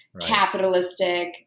capitalistic